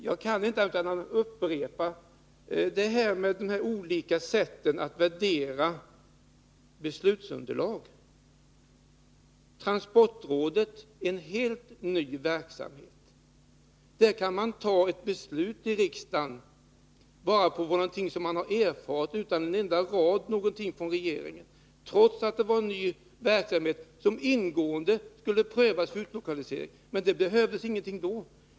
Jag kan inte annat än upprepa vad jag tidigare sade om de olika sätten att värdera beslutsunderlag. Transportrådet — en helt ny verksamhet — kunde riksdagen fatta beslut om med hänvisning till någonting som man erfarit, utan en enda rad från regeringen. Trots att det var fråga om en ny verksamhet, då lokalisering ingående skall prövas, behövdes det inget förslag från regering en.